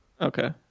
Okay